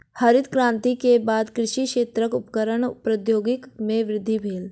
हरित क्रांति के बाद कृषि क्षेत्रक उपकरणक प्रौद्योगिकी में वृद्धि भेल